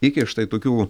iki štai tokių